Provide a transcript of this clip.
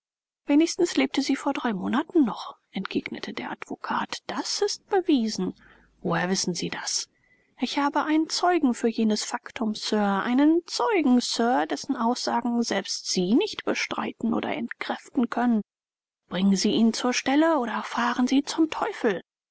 wenigstens lebte sie vor drei monaten noch entgegnete der advokat das ist bewiesen woher wissen sie das ich habe einen zeugen für jenes faktum sir einen zeugen sir dessen aussagen selbst sie nicht bestreiten oder entkräften können bringen sie ihn zur stelle oder fahren sie zum teufel